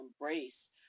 embrace